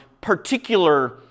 particular